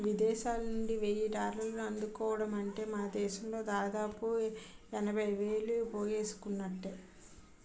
విదేశాలనుండి వెయ్యి డాలర్లు అందుకోవడమంటే మనదేశంలో దాదాపు ఎనభై వేలు పోగేసుకున్నట్టే